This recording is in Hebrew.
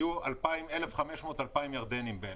היו 1,500-2,000 ירדנים באילת.